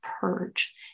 purge